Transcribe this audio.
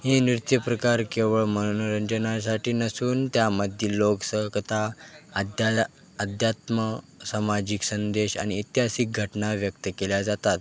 हे नृत्य प्रकार केवळ मनोरंजनासाठी नसून त्यामधील लोकसकता आद्या अध्यात्म सामाजिक संदेश आणि ऐतिहासिक घटना व्यक्त केल्या जातात